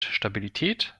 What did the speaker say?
stabilität